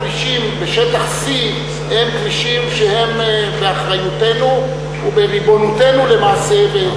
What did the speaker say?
כל הכבישים בשטח C הם כבישים באחריותנו ובריבונותנו למעשה.